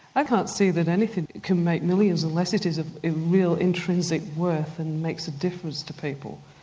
i can't see that anything can make millions unless it is of real intrinsic worth and makes a difference to people.